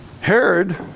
Herod